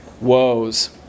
woes